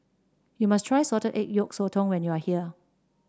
you must try Salted Egg Yolk Sotong when you are here